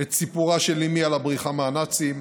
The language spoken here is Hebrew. את סיפורה של אימי על הבריחה מהנאצים,